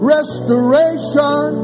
Restoration